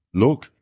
look